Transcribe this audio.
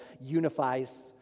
unifies